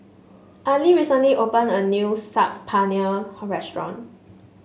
Ali recently opened a new Saag Paneer Restaurant